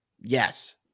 Yes